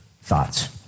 thoughts